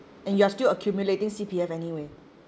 and you're still accumulating C_P_F anyway